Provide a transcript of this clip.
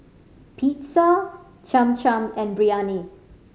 Pizza Cham Cham and Biryani